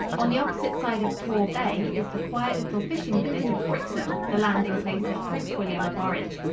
on the opposite side of tor bay is the quiet little fishing village of brixham, the landing-place of prince william of orange.